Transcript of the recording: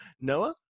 Noah